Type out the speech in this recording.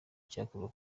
icyakorwa